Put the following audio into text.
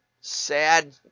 sad